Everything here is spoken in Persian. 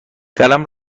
قلم